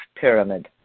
pyramid